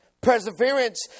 Perseverance